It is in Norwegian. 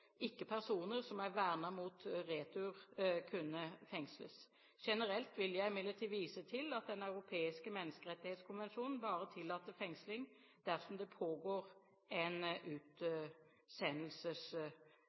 personer som er vernet mot retur, ikke kunne fengsles. Generelt vil jeg imidlertid vise til at Den europeiske menneskerettighetskonvensjonen bare tillater fengsling dersom det pågår en